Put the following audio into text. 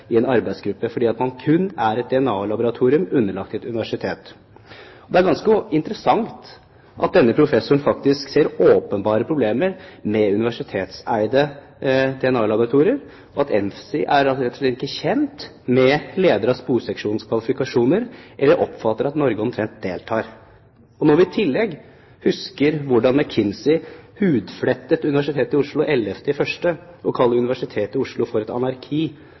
i en arbeidsgruppe, fordi man kun er et DNA-laboratorium underlagt et universitet. Det er ganske interessant at denne professoren faktisk ser åpenbare problemer med universitetseide DNA-laboratorier, og at ENFSI rett og slett ikke er kjent med lederen av sporseksjonen sine kvalifikasjoner, og omtrent ikke oppfatter at Norge deltar. Når vi i tillegg husker hvordan McKinsey hudflettet Universitetet i Oslo i Dagens Næringsliv den 11. januar og kalte Universitetet i Oslo et